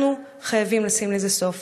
אנחנו חייבים לשים לזה סוף.